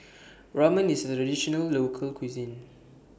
Ramen IS A Traditional Local Cuisine